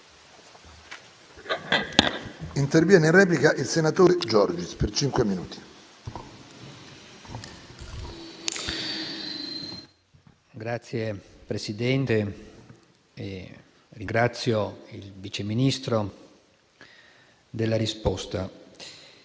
Signor Presidente, ringrazio il Vice Ministro della risposta.